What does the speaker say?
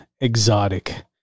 exotic